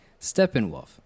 Steppenwolf